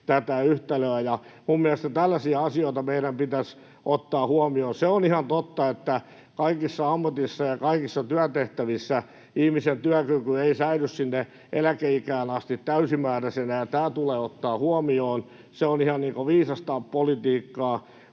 tätä yhtälöä. Mielestäni tällaisia asioita meidän pitäisi ottaa huomioon. Se on ihan totta, että kaikissa ammateissa ja kaikissa työtehtävissä ihmisen työkyky ei säily sinne eläkeikään asti täysimääräisenä, ja tämä tulee ottaa huomioon, ja se on ihan viisasta politiikkaa,